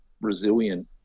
resilient